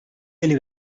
گلی